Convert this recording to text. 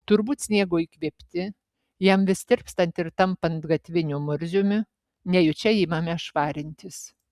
turbūt sniego įkvėpti jam vis tirpstant ir tampant gatviniu murziumi nejučia imame švarintis